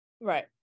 Right